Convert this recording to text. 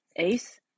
Ace